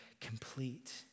complete